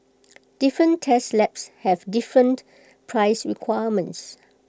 different test labs have different price requirements